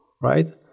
Right